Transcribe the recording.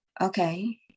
Okay